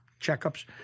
checkups